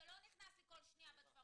אתה לא נכנס לי כל שנייה בדברים.